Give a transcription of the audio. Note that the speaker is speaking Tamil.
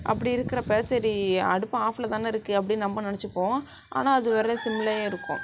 அப்படி இருக்கிறப்ப சரி அடுப்பு ஆஃபில்தான இருக்குது அப்படின்னு நம்ப நினச்சிப்போம் ஆனால் அது ஒரே சிம்லேயே இருக்கும்